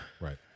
right